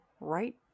right